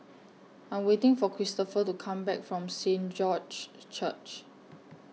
I'm waiting For Christoper to Come Back from Saint George's Church